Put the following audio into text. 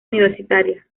universitaria